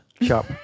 Sharp